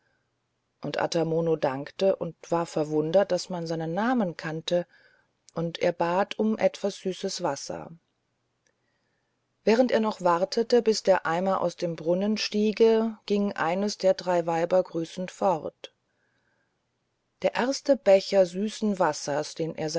und ata mono dankte und war verwundert daß man seinen namen kannte und er bat um etwas süßes wasser und während er noch wartete bis der eimer aus dem brunnen stiege ging eines der drei weiber grüßend fort der erste becher süßen wassers den